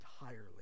entirely